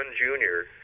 junior